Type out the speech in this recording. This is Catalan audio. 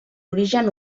origen